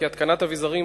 היא כי התקנת אביזרים